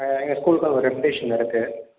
எங்கள் ஸ்கூலுக்குன்னு ஒரு ரெப்பிடேஷன் இருக்கு